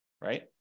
right